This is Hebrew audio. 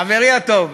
חברי הטוב,